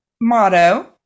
motto